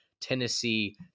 Tennessee